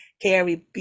Carrie